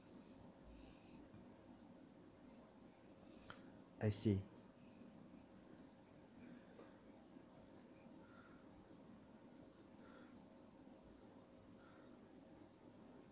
I see